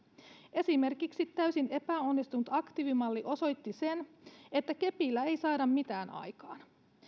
esimerkiksi täysin epäonnistunut aktiivimalli osoitti sen että kepillä ei saada mitään aikaan